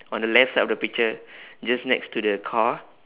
on the left side of the picture just next to the car